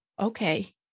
okay